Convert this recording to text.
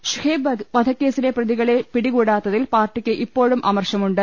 ഷുഹൈബ് വധക്കേസിലെ പ്രതികളെ പിടികൂടാത്തിൽ പാർട്ടിക്ക് ഇപ്പോഴും അമർഷമുണ്ട്